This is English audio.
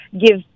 give